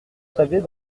savait